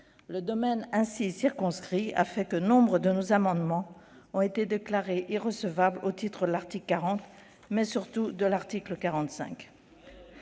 du texte ainsi circonscrit, nombre de nos amendements ont été déclarés irrecevables au titre de l'article 40, mais surtout de l'article 45,